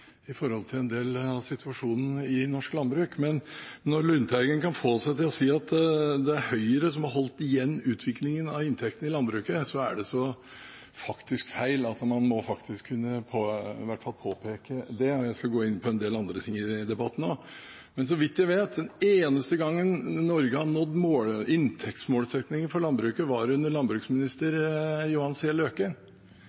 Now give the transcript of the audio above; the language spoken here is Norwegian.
i forhold til en del av situasjonen i norsk landbruk, men når representanten Lundteigen kan få seg til å si at det er Høyre som har holdt igjen utviklingen av inntektene i landbruket, er det faktisk så feil at man i hvert fall må påpeke det. Jeg skal også gå inn på en del andre ting i debatten. Så vidt jeg vet, var den eneste gangen man i Norge har nådd inntektsmålsettingen for landbruket, under landbruksminister